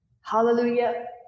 Hallelujah